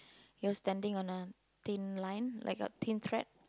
you're standing on a thin line like a thin thread